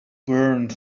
burned